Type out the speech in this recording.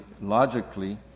logically